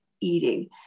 eating